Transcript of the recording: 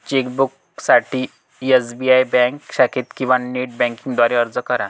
चेकबुकसाठी SBI bank शाखेत किंवा नेट बँकिंग द्वारे अर्ज करा